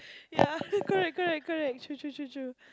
yeah correct correct correct true true true true